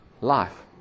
life